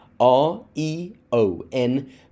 R-E-O-N